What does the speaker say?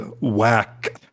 whack